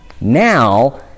Now